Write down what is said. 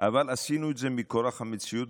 אבל עשינו את זה מכורח המציאות.